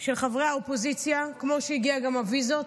של חברי האופוזיציה, כמו שהגיעו גם הוויזות.